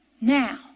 Now